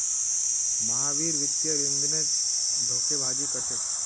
महावीर वित्तीय लेनदेनत धोखेबाजी कर छेक